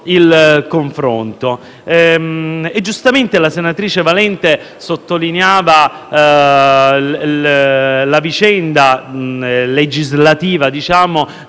al confronto. Giustamente la senatrice Valente sottolineava la vicenda legislativa